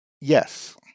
yes